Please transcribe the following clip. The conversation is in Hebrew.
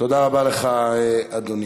תודה רבה לך, אדוני.